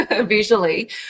visually